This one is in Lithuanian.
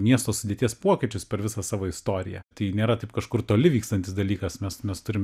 miesto sudėties pokyčius per visą savo istoriją tai nėra taip kažkur toli vykstantis dalykas mes mes turim